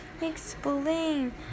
explain